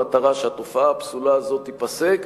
למטרה שתופעה הפסולה הזאת תיפסק,